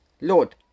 lord